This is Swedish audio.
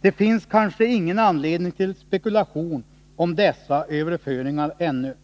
Det finns kanske ingen anledning till spekulation om dessa överföringar ännu.